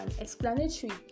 explanatory